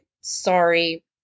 Sorry